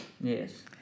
Yes